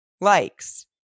likes